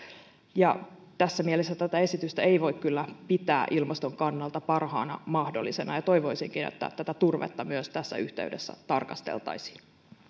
tässä mielessä tätä esitystä ei voi kyllä pitää ilmaston kannalta parhaana mahdollisena ja toivoisinkin että turvetta myös tässä yhteydessä tarkasteltaisiin